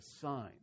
sign